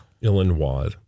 Illinois